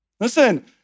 Listen